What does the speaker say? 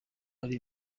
ari